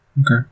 Okay